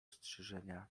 strzyżenia